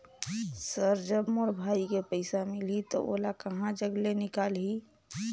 Sir जब मोर भाई के पइसा मिलही तो ओला कहा जग ले निकालिही?